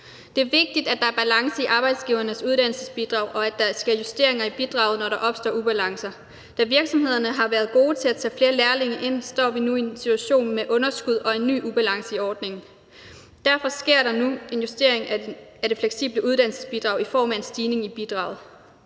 Det er vigtigt, at der er balance i Arbejdsgivernes Uddannelsesbidrag, og at der sker justeringer i bidraget, når der opstår ubalancer. Da virksomhederne har været gode til at tage flere lærlinge ind, står vi nu i en situation med underskud og en ny ubalance i ordningen. Derfor sker der nu en justering af det fleksible uddannelsesbidrag i form af en stigning i bidraget.